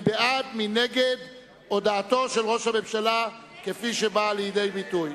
מי בעד ומי מי נגד הודעתו של ראש הממשלה כפי שבאה לידי ביטוי?